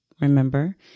remember